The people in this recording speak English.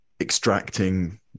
extracting